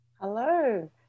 Hello